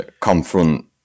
confront